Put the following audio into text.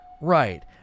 Right